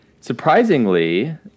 Surprisingly